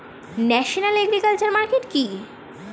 National agriculture market কি?